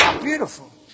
Beautiful